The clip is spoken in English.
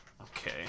okay